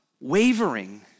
wavering